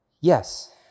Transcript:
yes